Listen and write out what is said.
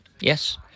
yes